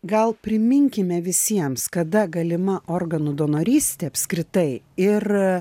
gal priminkime visiems kada galima organų donorystė apskritai ir